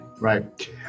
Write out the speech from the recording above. Right